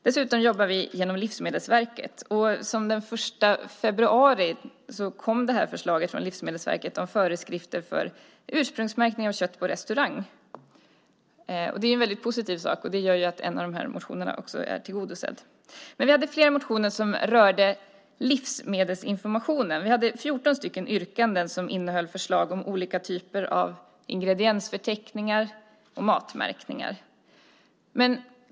Dessutom jobbar vi genom Livsmedelsverket, och den 1 februari kom ett förslag från Livsmedelsverket om föreskrifter för ursprungsmärkning av kött på restaurang. Det är en väldigt positiv sak som också gör att motionen om detta är tillgodosedd. I betänkandet behandlas också flera motioner som rör livsmedelsinformation, däribland 14 yrkanden med förslag om olika typer av ingrediensförteckningar och matmärkningar.